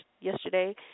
yesterday